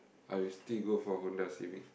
I'll still go for Honda-Civic